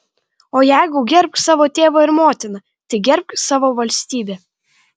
o jeigu gerbk savo tėvą ir motiną tai gerbk savo valstybę